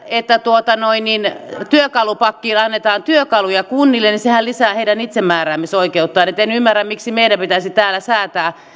että työkalupakkiin annetaan työkaluja kunnille lisää heidän itsemääräämisoikeuttaan niin etten ymmärrä miksi meidän pitäisi täällä säätää